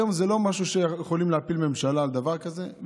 היום זה לא משהו שאנחנו יכולים להפיל ממשלה על דבר כזה,